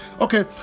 okay